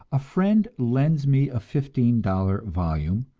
a friend lends me a fifteen-dollar volume,